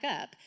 up